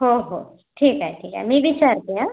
हो हो ठीक आहे ठीक आहे मी विचारते अं